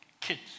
kids